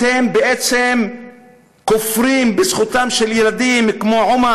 אתם בעצם כופרים בזכותם של ילדים כמו עומר